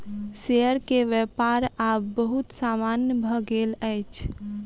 share के व्यापार आब बहुत सामान्य भ गेल अछि